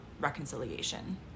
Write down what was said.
reconciliation